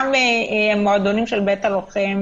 גם מועדונים של בית הלוחם.